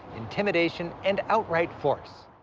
intimidation, and outright force.